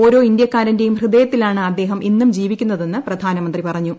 ഓരോ ഇന്ത്യക്കാരന്റെയും ഹൃദയത്തിലാണ് അദ്ദേഹം ഇന്നും ജീവിക്കുന്നതെന്ന് പ്രധാനമന്ത്രി പറഞ്ഞു